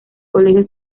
colegio